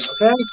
okay